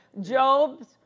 Job's